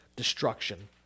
destruction